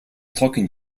talking